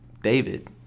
David